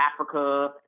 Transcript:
Africa